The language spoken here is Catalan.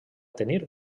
tenir